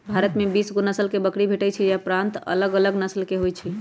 भारत में बीसगो नसल के बकरी भेटइ छइ अलग प्रान्त के लेल अलग नसल होइ छइ